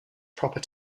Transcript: proper